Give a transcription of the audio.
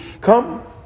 come